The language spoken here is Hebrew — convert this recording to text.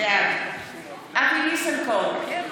בעד אבי ניסנקורן,